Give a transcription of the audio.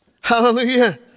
Hallelujah